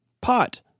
Pot